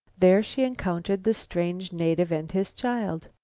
there she encountered the strange native and his child.